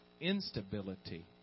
instability